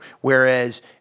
Whereas